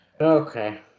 Okay